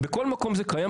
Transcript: בכל מקום זה קיים,